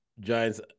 Giants